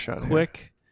quick